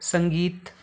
सङ्गीत